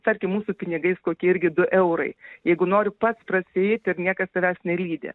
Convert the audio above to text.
tarkim mūsų pinigais kokie irgi du eurai jeigu nori pats prasieiti ir niekas tavęs nelydi